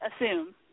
assume